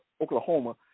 Oklahoma